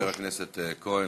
תודה, חבר הכנסת כהן.